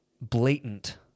blatant